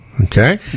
Okay